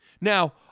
Now